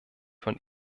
von